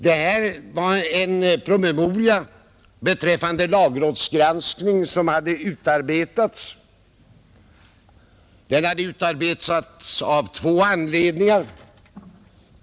Det utarbetades en promemoria om lagrådsgranskning, och det skedde av två anledningar.